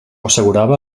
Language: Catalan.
assegurava